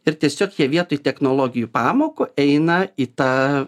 ir tiesiog jie vietoj technologijų pamokų eina į tą